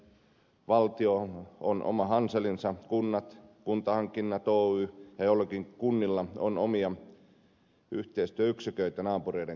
valtiolla on oma hanselinsa kunnilla kuntahankinnat oy ja joillakin kunnilla on omia yhteistyöyksiköitä naapureiden kanssa